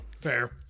Fair